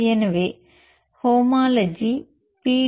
எனவே homology B